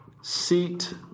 seat